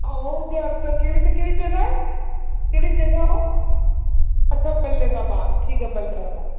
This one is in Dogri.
आहो जेआरत केह्ड़ी जगह ऐ ओह् अच्छा बल्ले दा बाग ठीक ऐ बल्ले दा बाग